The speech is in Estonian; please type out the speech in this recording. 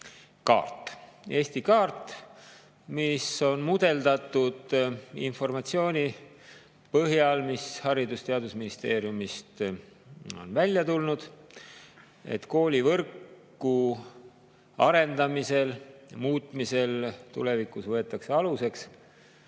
Eesti kaart, mis on mudeldatud informatsiooni põhjal, mis Haridus- ja Teadusministeeriumist on välja tulnud. Koolivõrgu arendamisel ja muutmisel tulevikus võetakse aluseks,